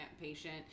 patient